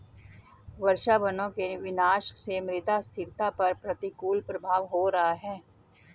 वर्षावनों के विनाश से मृदा स्थिरता पर प्रतिकूल प्रभाव हो रहा है